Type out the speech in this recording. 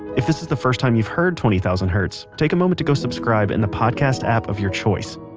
if this is the first time you've heard twenty thousand hertz, take a moment to go subscribe in the podcast app of your choice.